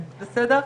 זאת אומרת,